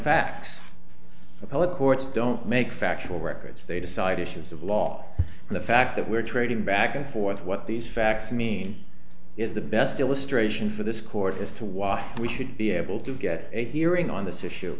courts don't make factual records they decide issues of law and the fact that we're trading back and forth what these facts mean is the best illustration for this court as to why we should be able to get a hearing on this issue